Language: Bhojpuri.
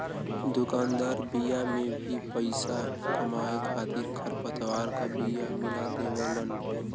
दुकानदार बिया में भी पईसा कमाए खातिर खरपतवार क बिया मिला देवेलन